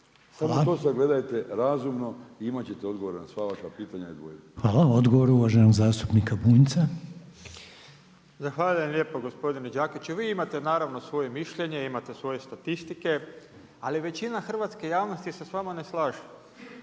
Samo to sagledajte razumno i imati ćete odgovor na sva vaša pitanja i dvojbe. **Reiner, Željko (HDZ)** Hvala. Odgovor uvaženog zastupnika Bunjca. **Bunjac, Branimir (Živi zid)** Zahvaljujem lijepo gospodine Đakiću. Vi imate naravno svoje mišljenje, imate svoje statistike, ali većina hrvatske javnosti se s vama ne slažu.